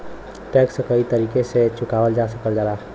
tax कई तरीके से चुकावल जा सकल जाला